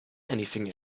anything